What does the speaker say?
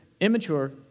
immature